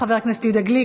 חבר הכנסת יהודה גליק,